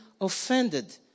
offended